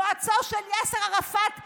יועצו של יאסר ערפאת רב-המחבלים,